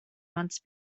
months